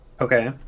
Okay